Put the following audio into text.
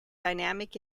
dynamic